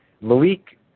Malik